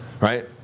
right